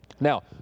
Now